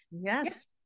Yes